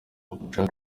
turashaka